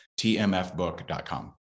tmfbook.com